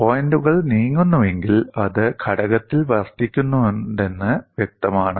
പോയിന്റുകൾ നീങ്ങുന്നുവെങ്കിൽ അത് ഘടകത്തിൽ വർത്തിക്കുന്നുണ്ടെന്ന് വ്യക്തമാണ്